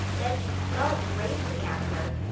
benjie sloane gravely answered,